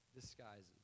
disguises